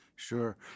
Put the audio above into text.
Sure